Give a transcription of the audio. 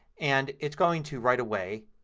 and it's going to, right away,